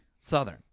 Southern